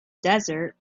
desert